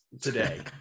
today